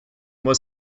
was